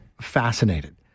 fascinated